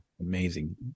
amazing